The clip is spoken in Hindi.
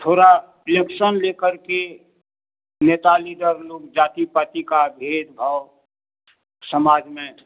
थोड़ा एक्शन लेकर के नेता लीडर लोग जाति पाति का भेद भाव समाज में